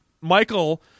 Michael